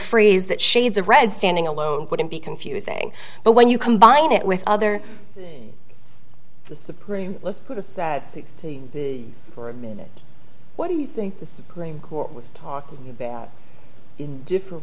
phrase that shades of red standing alone couldn't be confusing but when you combine it with other the supreme let's put aside sixteen for a minute what do you think the supreme court was talking about in different